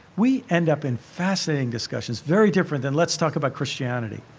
we end up in fascinating discussions very different than let's talk about christianity.